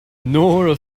nora